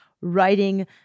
writing